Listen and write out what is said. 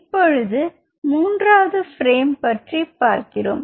இப்பொழுது மூன்றாவது பிரேம் பற்றி பார்த்தோம்